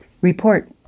Report